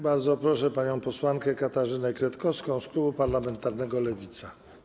Bardzo proszę panią posłankę Katarzynę Kretkowską z klubu parlamentarnego Lewica.